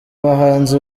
bahanzi